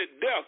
death